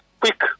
quick